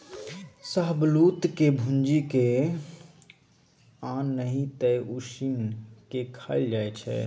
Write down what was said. शाहबलुत के भूजि केँ आ नहि तए उसीन के खाएल जाइ छै